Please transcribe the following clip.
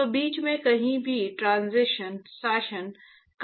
तो बीच में कहीं भी ट्रांजीशन शासन कहा जाता है